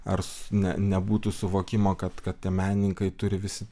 ar ne nebūtų suvokimo kad kad menininkai turi visi